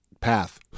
Path